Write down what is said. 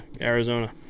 Arizona